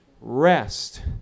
rest